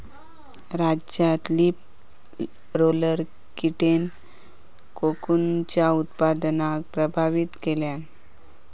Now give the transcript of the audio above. राज्यात leaf roller कीटेन कोकूनच्या उत्पादनाक प्रभावित केल्यान